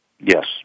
Yes